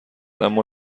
اما